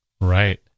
Right